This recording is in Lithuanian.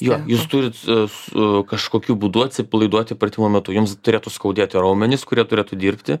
jo jūs turit su kažkokiu būdu atsipalaiduoti pratimo metu jums turėtų skaudėti raumenis kurie turėtų dirbti